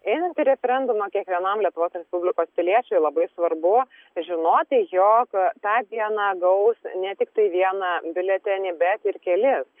einant į referendumą kiekvienam lietuvos respublikos piliečiui labai svarbu žinoti jog tą dieną gaus ne tiktai vieną biuletenį bet ir kelis